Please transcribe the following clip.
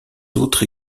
autres